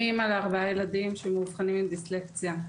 אני אימא לארבעה ילדים שמאובחנים עם דיסלקציה.